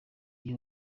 iyi